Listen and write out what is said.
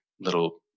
little